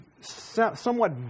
somewhat